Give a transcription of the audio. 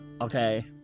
okay